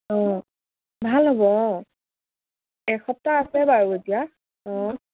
অঁ ভাল হ'ব অঁ এসপ্তাহ আছে বাৰু এতিয়া অঁ